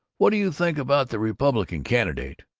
what do you think about the republican candidate?